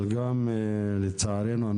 אבל לצערנו גם